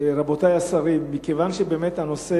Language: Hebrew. רבותי השרים, מכיוון שהנושא